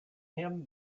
him